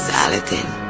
Saladin